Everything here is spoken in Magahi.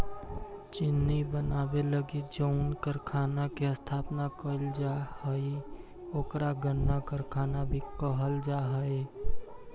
चीनी बनावे लगी जउन कारखाना के स्थापना कैल जा हइ ओकरा गन्ना कारखाना भी कहल जा हइ